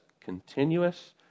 continuous